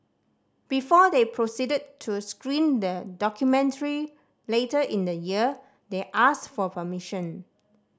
before they proceeded to screen the documentary later in the year they asked for permission